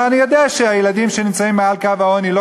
אני יודע שהילדים שנמצאים מעל קו העוני לא